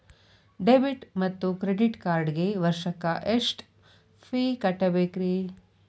Debit ಮತ್ತು credit ಕಾರ್ಡ್ಗೆ ವರ್ಷಕ್ಕ ಎಷ್ಟ ಫೇ ಕಟ್ಟಬೇಕ್ರಿ?